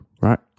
right